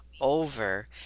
over